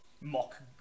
mock